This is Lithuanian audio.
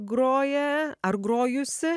groję ar grojusi